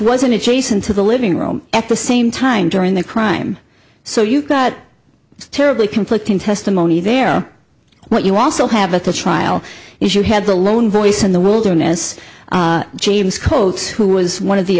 an adjacent to the living room at the same time during the crime so you've got terribly conflicting testimony there what you also have at the trial is you had the lone voice in the wilderness james coats who was one